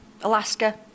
Alaska